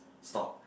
stop